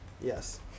Yes